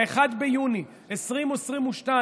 1 ביוני 2022,